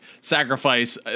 sacrifice